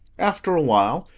after a while,